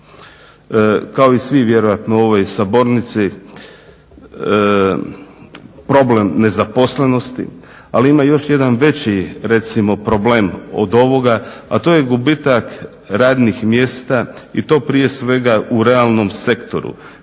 kao i svi vjerojatno u ovoj sabornici problem nezaposlenosti, ali ima još jedan veći recimo problem od ovoga a to je gubitak radnih mjesta i to prije svega u realnom sektoru.